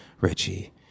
Richie